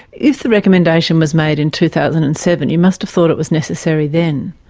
if the recommendation was made in two thousand and seven, you must've thought it was necessary then.